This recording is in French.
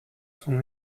son